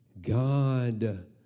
God